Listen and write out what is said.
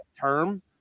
term